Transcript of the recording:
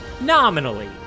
nominally